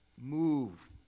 Move